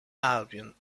albion